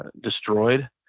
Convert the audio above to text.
destroyed